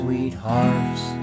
Sweetheart's